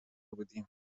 بودیم